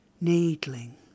needling